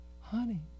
honey